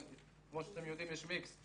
כמו שאתם יודעים יש מיקס,